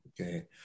Okay